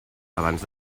abans